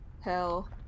Hell